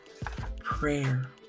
prayer